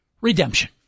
redemption